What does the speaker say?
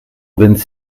vingt